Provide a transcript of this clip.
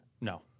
No